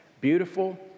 beautiful